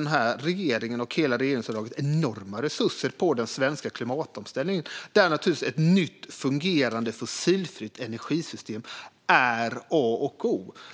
Denna regering, och hela regeringsunderlaget, satsar enorma resurser på den svenska klimatomställningen, där ett nytt och fungerande fossilfritt energisystem naturligtvis är A och O.